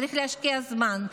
צריך להשקיע זמן,